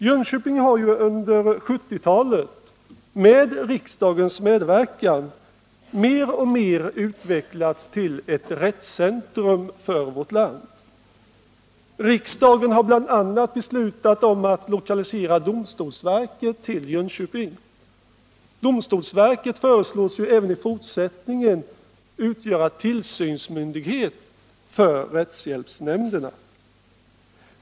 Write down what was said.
Jönköping har under 1970-talet med riksdagens medverkan mer och mer utvecklats till ett rättscentrum för vårt land. Riksdagen har bl.a. beslutat att lokalisera domstolsverket till Jönköping. Domstolsverket föreslås även i fortsättningen utgöra tillsynsmyndighet för rättshjälpsnämnderna.